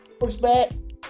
pushback